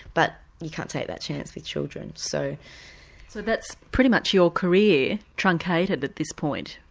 but you can't take that chance with children. so that's pretty much your career truncated at this point.